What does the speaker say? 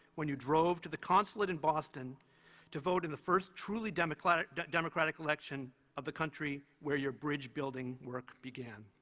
when you drove to the consulate in boston to vote in the first truly democratic democratic election of the country where your bridge building work began.